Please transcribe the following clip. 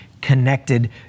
connected